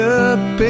up